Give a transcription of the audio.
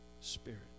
spirit